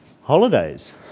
holidays